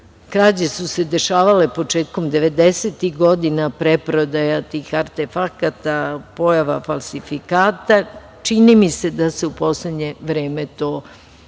krađe su se dešavale početkom devedesetih godina, preprodaja tih artefakata, pojava falsifikata, čini mi se da se u poslednje vreme to vratilo